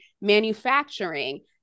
Manufacturing